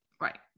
right